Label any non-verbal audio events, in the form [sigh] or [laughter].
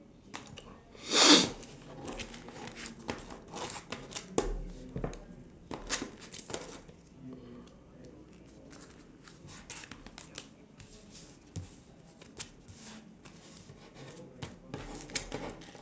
[noise]